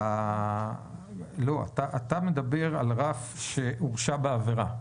אתה מדבר על רף שהורשע בעבירה.